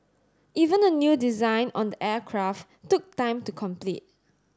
even the new design on the aircraft took time to complete